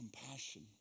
compassion